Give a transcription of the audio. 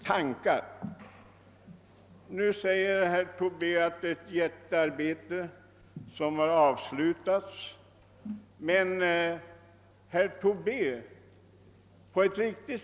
Herr Tobé säger att det är ett jättearbete som har avslutats.